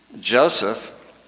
Joseph